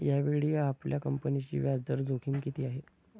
यावेळी आपल्या कंपनीची व्याजदर जोखीम किती आहे?